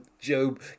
Job